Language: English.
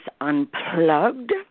Unplugged